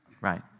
right